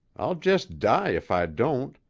i'll just die if i don't.